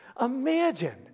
Imagine